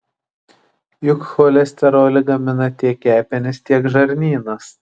juk cholesterolį gamina tiek kepenys tiek žarnynas